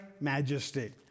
majesty